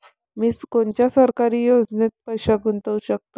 मी कोनच्या सरकारी योजनेत पैसा गुतवू शकतो?